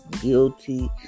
guilty